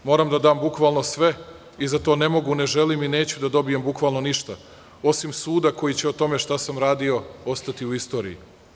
Moram da dam bukvalno sve i za to ne mogu, ne želim i neću da dobijem bukvalno ništa, osim suda koji će o tome šta sam radio ostati u istoriji.